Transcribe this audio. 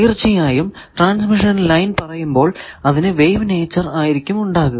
തീർച്ചയായും transmission line പറയുമ്പോൾ അതിനു വേവ് നേച്ചർ ആയിരിക്കും ഉണ്ടാകുക